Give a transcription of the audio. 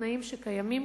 בתנאים שקיימים,